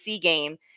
game